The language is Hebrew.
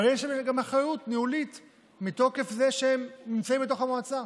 אבל יש להם אחריות ניהולית מתוקף זה שהם נמצאים במועצה.